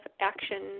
Action